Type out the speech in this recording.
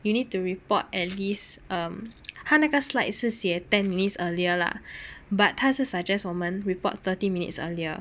you need to report at least um 他那个 slides 是写 ten minutes earlier lah but 他是 suggest 我们 report thirty minutes earlier